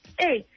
hey